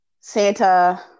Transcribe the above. Santa